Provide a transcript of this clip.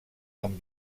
amb